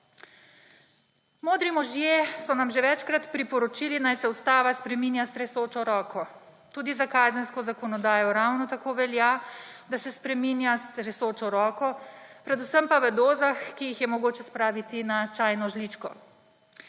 Modri možje so nam že večkrat priporočili, naj se ustava spreminja s tresočo roko. Tudi za kazensko zakonodajo ravno tako velja, da se spreminja s tresočo roko, predvsem pa v dozah, ki jih je mogoče spraviti na čajno žličko.